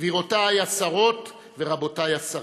גבירותיי השרות ורבותיי השרים,